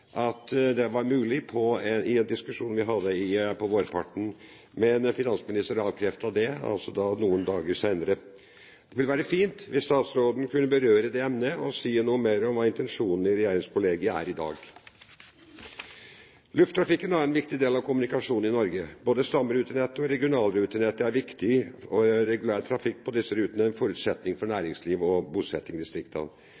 i en diskusjon vi hadde på vårparten, at det var mulig. Men finansministeren avkreftet det noen dager senere. Det ville være fint om statsråden kunne berøre dette emnet og si noe mer om intensjonene i regjeringskollegiet i dag. Lufttrafikken er en annen viktig del av kommunikasjonene i Norge. Både stamrutenettet og regionalrutenettet er viktig, og regulær trafikk på disse rutene er en forutsetning for